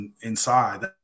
inside